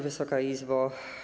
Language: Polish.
Wysoka Izbo!